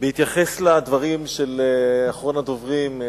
בהתייחס לדברים של אחרון הדוברים,